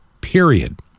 period